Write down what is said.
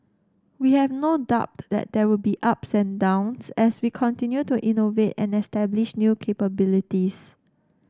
we have no doubt that there will be ups and downs as we continue to innovate and establish new capabilities